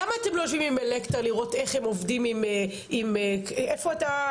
למה אתם לא יושבים עם אלקטרה לראות איך הם עובדים עם- איפה אתה,